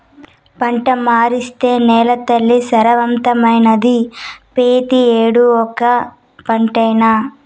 పంట మార్సేత్తే నేలతల్లి సారవంతమైతాది, పెతీ ఏడూ ఓటే పంటనా